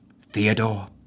Theodore